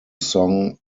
song